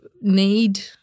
need